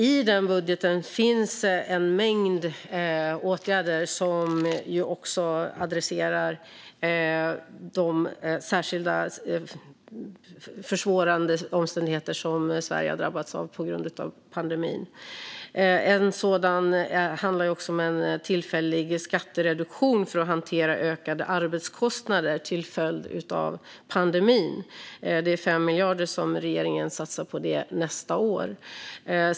I den budgeten finns en mängd åtgärder som också adresserar de särskilda försvårande omständigheter som Sverige har drabbats av på grund av pandemin. En sådan handlar om en tillfällig skattereduktion för att hantera ökade arbetskostnader till följd av pandemin. Det är 5 miljarder som regeringen satsar nästa år.